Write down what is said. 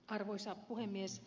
arvoisa puhemies